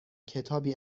کتابی